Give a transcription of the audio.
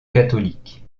catholique